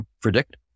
predict